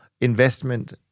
investment